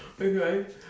Okay